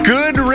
Good